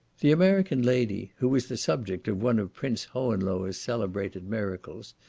the american lady, who was the subject of one of prince hohenlohe's celebrated miracles,